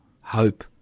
hope